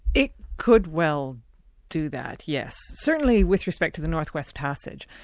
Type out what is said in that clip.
it could well do that, yes. certainly with respect to the north west passage.